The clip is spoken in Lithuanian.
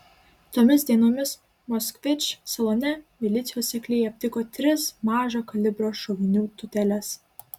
tomis dienomis moskvič salone milicijos sekliai aptiko tris mažo kalibro šovinių tūteles